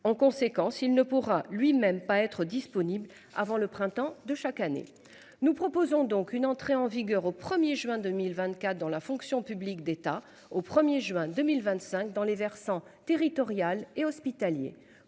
en conséquence il ne pourra lui-même pas être disponible avant le printemps de chaque année. Nous proposons donc une entrée en vigueur au 1er juin 2024 dans la fonction publique d'État. Au 1er juin 2025 dans les versants territorial et hospitalier